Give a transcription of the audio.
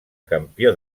campió